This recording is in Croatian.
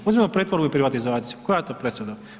Uzmimo pretvorbu i privatizaciju, koja je to presuda?